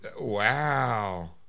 Wow